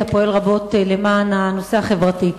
אתה פועל רבות למען הנושא החברתי.